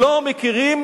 לא מכירים